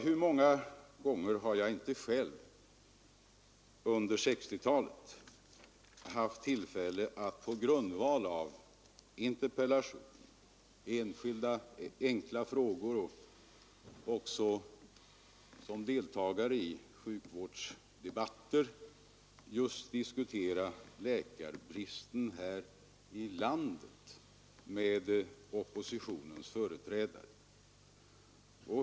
Hur många gånger har jag inte själv under 1960-talet haft tillfälle att på grundval av interpellationer och enkla frågor och såsom deltagare i sjukvårdsdebatter just diskutera läkarbristen här i landet med oppositionens företrädare.